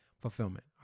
fulfillment